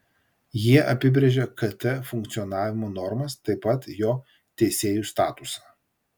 jie apibrėžia kt funkcionavimo normas taip pat jo teisėjų statusą